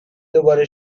دوباره